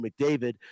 mcdavid